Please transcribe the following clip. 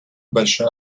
большая